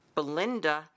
Belinda